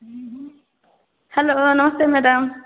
hello नमस्ते madam